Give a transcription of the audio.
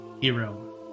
hero